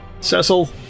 Cecil